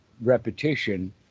repetition